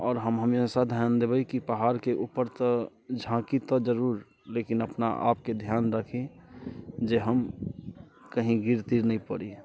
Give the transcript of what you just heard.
आओर हम हमेशा ध्यान देबै कि पहाड़के ऊपरसँ झाँकी तऽ जरूर लेकिन अपना आपके ध्यान राखि जे हम कही गिर तिर नहि पड़ी